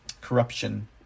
corruption